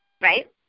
right